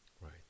Right